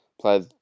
play